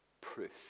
proof